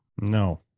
no